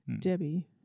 Debbie